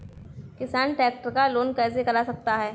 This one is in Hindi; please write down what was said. किसान ट्रैक्टर का लोन कैसे करा सकता है?